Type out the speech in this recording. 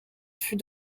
fut